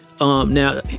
Now